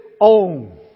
own